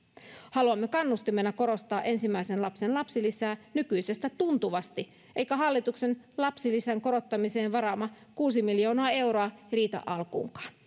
haluamme kannustimena korottaa ensimmäisen lapsen lapsilisää nykyisestä tuntuvasti eikä hallituksen lapsilisän korottamiseen varaama kuusi miljoonaa euroa riitä alkuunkaan